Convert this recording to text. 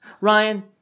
Ryan